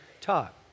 talk